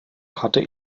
hatte